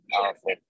powerful